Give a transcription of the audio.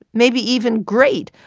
maybe even great,